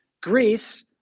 Greece